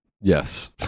Yes